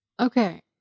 Okay